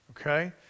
Okay